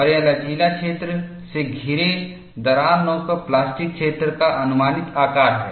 और यह लचीला क्षेत्र से घिरे दरार नोक पर प्लास्टिक क्षेत्र का अनुमानित आकार है